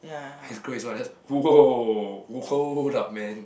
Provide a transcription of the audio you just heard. he's craze one just !woah! !woah! hold up man